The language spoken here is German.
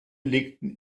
legten